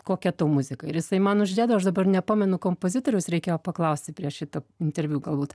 kokia ta muzika ir jisai man uždėdavo aš dabar nepamenu kompozitoriaus reikėjo paklausti prieš šito interviu galbūt